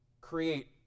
create